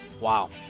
Wow